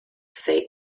say